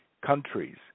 countries